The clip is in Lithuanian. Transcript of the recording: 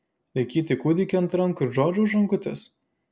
laikyti kūdikį ant rankų ir džordžą už rankutės